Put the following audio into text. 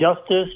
justice